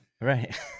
Right